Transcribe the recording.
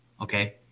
Okay